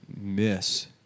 Miss